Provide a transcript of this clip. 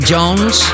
Jones